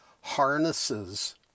harnesses